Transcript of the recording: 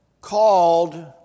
called